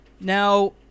Now